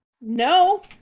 no